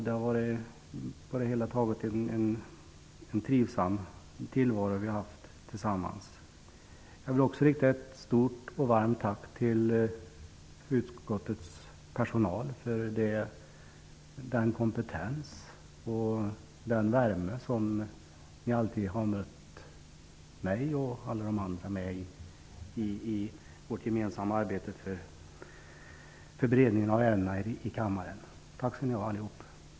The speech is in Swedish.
Det har på det hela taget varit en trivsam tillvaro vi haft tillsammans. Jag vill också rikta ett stort och varmt tack till utskottets personal för den kompetens och den värme som alltid har mött mig och alla de andra i vårt gemensamma arbete för beredningen av ärendena i kammaren. Tack skall ni ha allihop. Herr talman!